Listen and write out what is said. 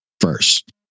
first